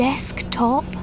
Desktop